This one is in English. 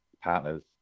partners